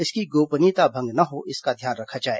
इनकी गोपनीयता भंग ना हो इसका ध्यान रखा जाए